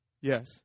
Yes